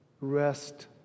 Rest